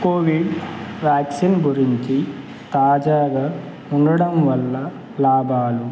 Covid vaccine గురించి తాజాగా ఉండడం వల్ల లాభాలు